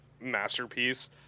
masterpiece